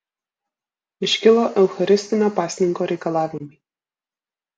iškilo eucharistinio pasninko reikalavimai